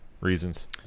reasons